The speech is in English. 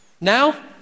now